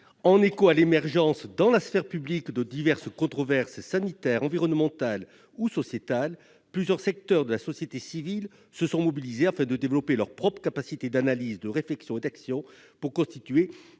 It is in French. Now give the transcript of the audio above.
en écho à l'émergence dans la sphère publique de diverses controverses sanitaires, environnementales ou sociétales, plusieurs secteurs de la société civile se sont mobilisés, afin de développer leur propre capacité d'analyse, de réflexion et d'action, constituant